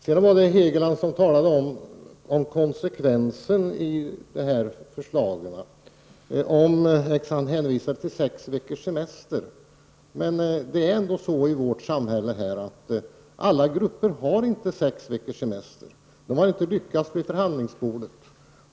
Hugo Hegeland talade om konsekvensen i förslagen och hänvisade till sex veckors semester. Men alla grupper i samhället har inte sex veckors semester, eftersom de inte har lyckats vid förhandlingsbordet.